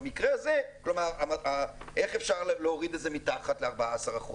כלומר, איך אפשר להוריד את זה מתחת ל-14%?